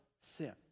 sin